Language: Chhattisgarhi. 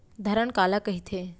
धरण काला कहिथे?